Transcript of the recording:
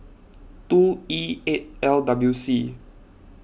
two E eight L W C